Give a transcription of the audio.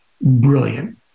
brilliant